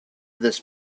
this